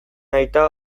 aita